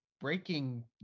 breaking